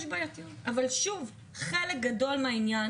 אבל חלק גדול מהעניין